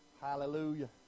Hallelujah